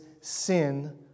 sin